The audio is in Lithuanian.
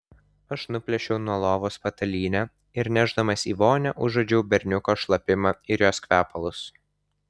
aš nuplėšiau nuo lovos patalynę ir nešdamas į vonią užuodžiau berniuko šlapimą ir jos kvepalus